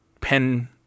pen